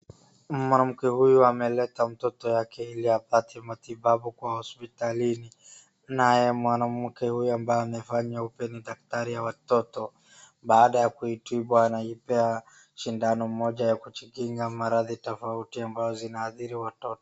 Mwanamke huyu ameleta mtoto yake ili apate matibabu kwa hospitalini. Naye mwanamke huyu ambaye amevaa nyeupe ni daktari ya watoto. Baada ya kuitibu anaipea sindano moja ya kujikinga maradhi tofauti ambayo zinaadhiri watoto.